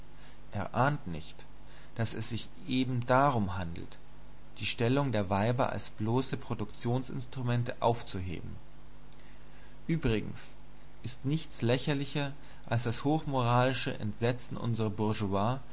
er ahnt nicht daß es sich eben darum handelt die stellung der weiber als bloßer produktionsinstrumente aufzuheben übrigens ist nichts lächerlicher als das hochmoralische entsetzen